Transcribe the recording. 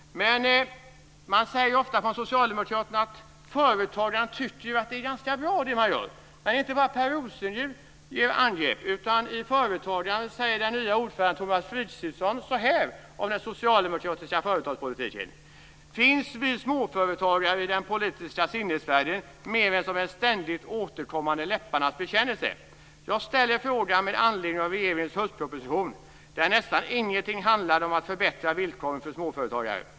Men man säger ofta från socialdemokraternas sida att företagarna tycker att det är ganska bra det man gör. Men inte bara Per Rosengren går till angrepp. I Företagaren säger den nya ordföranden för Företagarnas Riksorganisation, Thomas Sigfridsson, så här om den socialdemokratiska företagspolitiken: "Finns vi småföretagare i den politiska sinnevärlden mer än som en ständigt återkommande läpparnas bekännelse? Jag ställer frågan med anledning av regeringens höstproposition, där nästan ingenting handlade om att förbättra villkoren för oss småföretagare.